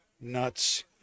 nuts